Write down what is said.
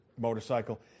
motorcycle